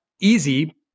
easy